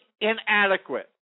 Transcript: inadequate